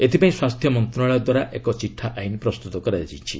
ଏଥିପାଇଁ ସ୍ୱାସ୍ଥ୍ୟ ମନ୍ତ୍ରଣାଳୟ ଦ୍ୱାରା ଏକ ଚିଠା ଆଇନ୍ ପ୍ରସ୍ତୁତ କରାଯାଇଛି